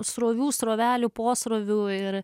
srovių srovelių posrovių ir